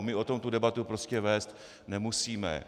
My o tom debatu prostě vést nemusíme.